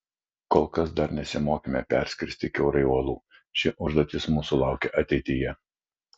kol kas dar nesimokėme perskristi kiaurai uolų ši užduotis mūsų laukia ateityje